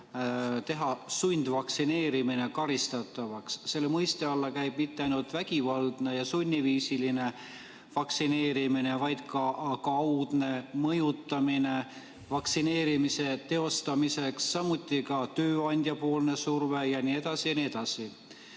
teha sundvaktsineerimine karistatavaks. Selle mõiste alla ei käi mitte ainult vägivaldne ja sunniviisiline vaktsineerimine, vaid ka kaudne mõjutamine vaktsineerimise teostamiseks, samuti tööandja avaldatav surve jne. Olen küsinud